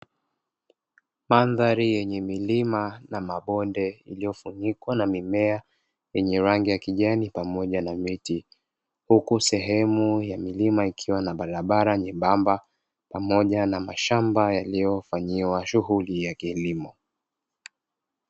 Mandhari yenye milima na mabonde, iliyofunikwa na mimea yenye rangi ya kijani pamoja na miti. Huku sehemu ya milima ikiwa na barabara nyembamba pamoja na mashamba yaliyofanyiwa shughuli ya kilimo.